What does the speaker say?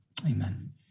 Amen